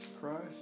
Christ